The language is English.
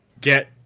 get